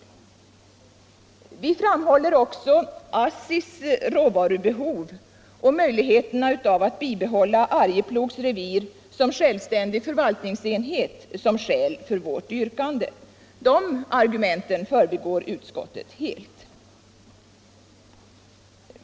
Såsom skäl för vårt yrkande har vi också framhållit ASSI:s råvarubehov och möjligheterna att bibehålla Arjeplogs revir som självständig förvalt ningsenhet. Dessa argument förbigår utskottet helt.